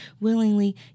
willingly